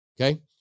okay